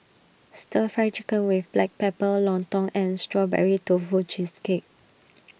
Stir Fry Chicken with Black Pepper Lontong and Strawberry Tofu Cheesecake